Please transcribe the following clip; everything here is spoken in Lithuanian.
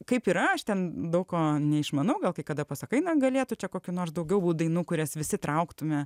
kaip ir aš ten daug ko neišmanau gal kai kada pasakai na galėtų čia kokių nors daugiau būt dainų kurias visi trauktume